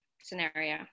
scenario